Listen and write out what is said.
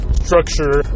structure